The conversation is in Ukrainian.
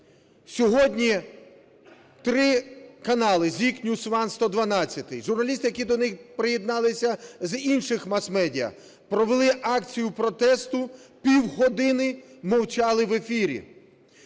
Сьогодні три канали ZIK, NewsOne, "112", журналісти, які до них приєдналися з інших мас-медіа, провели акцію протесту: півгодини мовчали в ефірі.